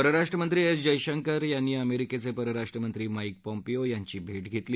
परराष्ट्र मंत्री एस जयशंकर्यांनी अमेरिकेचे परराष्ट्र मंत्री माइक पोम्पिओ यांची भेट घेतली